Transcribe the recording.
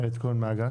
איילת כהן מעגן.